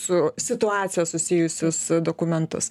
su situacija susijusius dokumentus